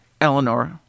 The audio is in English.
Eleanor